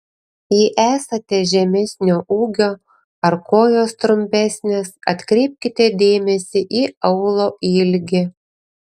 jei esate žemesnio ūgio ar kojos trumpesnės atkreipkite dėmesį į aulo ilgį